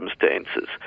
circumstances